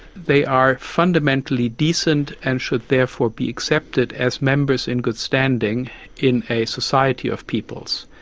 they are fundamentally decent and should therefore be accepted as members in good standing in a society of peoples.